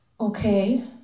okay